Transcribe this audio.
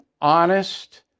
honest